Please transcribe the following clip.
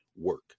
Work